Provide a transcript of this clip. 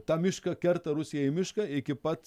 tą mišką kerta rusijai mišką iki pat